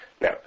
Now